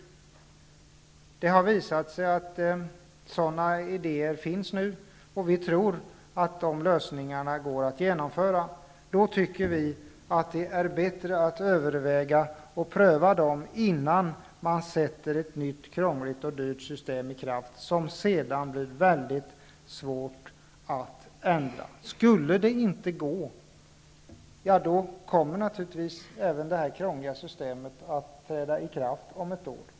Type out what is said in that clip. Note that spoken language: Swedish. Sådana idéer finns nu. Vi tror att de lösningarna går att genomföra. Då tycker vi att det är bättre att överväga och pröva dem innan man sätter ett nytt, krångligt och dyrt system i kraft som sedan skulle bli mycket svårt att ändra. Om det inte går att finna en bättre lösning kommer det krångliga systemet att träda i kraft om ett år.